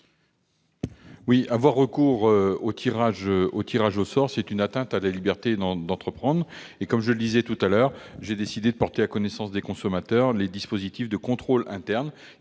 ? Le recours au tirage au sort est une atteinte à la liberté d'entreprendre. Comme je le disais tout à l'heure, j'ai décidé de porter à la connaissance des consommateurs les dispositifs de contrôle interne